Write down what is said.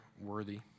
worthy